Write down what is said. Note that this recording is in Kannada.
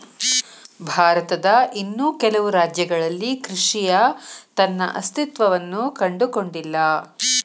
ಭಾರತದ ಇನ್ನೂ ಕೆಲವು ರಾಜ್ಯಗಳಲ್ಲಿ ಕೃಷಿಯ ತನ್ನ ಅಸ್ತಿತ್ವವನ್ನು ಕಂಡುಕೊಂಡಿಲ್ಲ